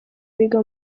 biga